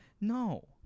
No